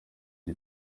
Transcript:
iki